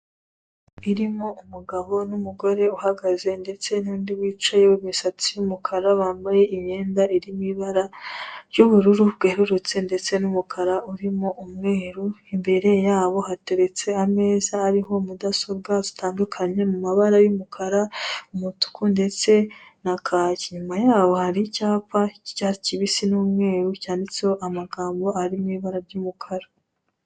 Birimo umugabo n'umugore uhagaze ndetse n'undi wicaye w'imisatsi y'umukara bambaye imyenda iri mu ibara ry'ubururu bwerurutse ndetse n'umukara urimo umweru, imbere yabo hateretse ameza ariho mudasobwa zitandukanye mu mabara y'umukara, umutuku ndetse na kake, inyuma yabo hari icyapa cy'icyatsi kibisi n'umweru cyanditseho amagambo ari mu ibara ry'umukara.